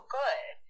good